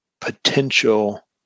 potential